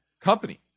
company